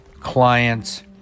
clients